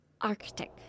Arctic